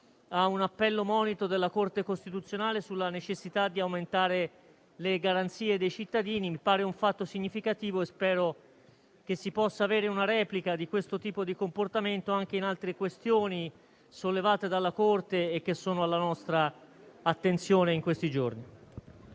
a un appello-monito della Corte costituzionale sulla necessità di aumentare le garanzie dei cittadini. Mi pare un fatto significativo e spero che si possa avere una replica di questo tipo di comportamento anche in altre questioni sollevate dalla Corte e che sono alla nostra attenzione in questi giorni.